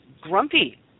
grumpy